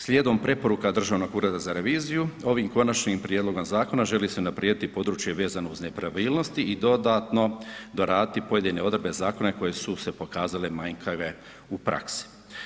Slijedom preporuka Državnog ureda za reviziju, ovim konačnim prijedlogom zakona želi se unaprijediti područje vezano uz nepravilnosti i dodatno doraditi pojedine odredbe zakona koje su se pokazale manjkave u praksi.